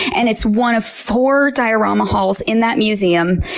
and it's one of four diorama halls in that museum,